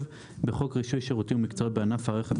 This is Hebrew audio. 96. בחוק רישוי שירותים ומקצועות בענף הרכב,